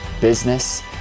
business